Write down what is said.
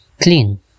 clean